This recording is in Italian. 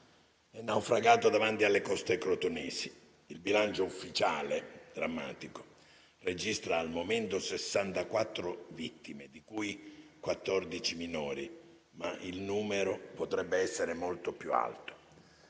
è naufragato davanti alle coste crotonesi. Il bilancio ufficiale è drammatico e registra al momento 64 vittime, di cui 14 minori, ma il numero potrebbe essere molto più alto.